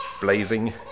Blazing